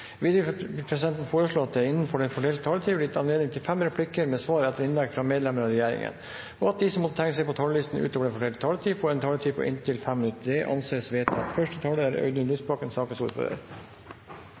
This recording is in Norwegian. Videre vil presidenten foreslå at det blir gitt anledning til fem replikker med svar etter innlegg fra medlemmer av regjeringen innenfor den fordelte taletid, og at de som måtte tegne seg på talerlisten utover den fordelte taletid, får en taletid på inntil 3 minutter. – Det anses vedtatt.